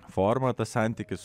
forma tas santykis